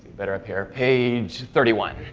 better appear page thirty one